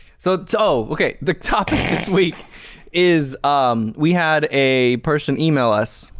so, oh, okay, the topic this week is um we had a person email us,